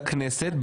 לכנסת,